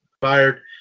fired